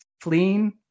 fleeing